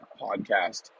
podcast